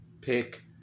pick